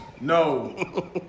No